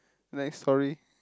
next story